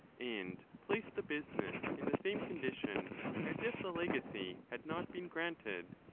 and place the business in the same condition as if the legacy had not been granted,